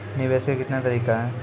निवेश के कितने तरीका हैं?